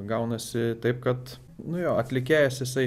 gaunasi taip kad nu jo atlikėjas jisai